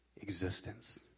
existence